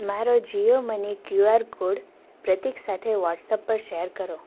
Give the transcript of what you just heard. મારો Jio money QR code પ્રતીક સાથે વોટ્સએપ પર શેર કરો